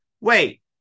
Wait